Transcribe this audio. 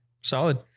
solid